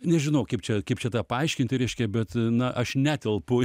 nežinau kaip čia kaip čia tą paaiškinti reiškia bet na aš netelpu